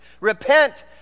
Repent